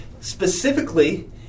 specifically